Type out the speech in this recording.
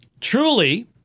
truly